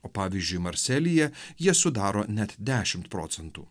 o pavyzdžiui marselyje jie sudaro net dešimt procentų